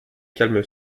calme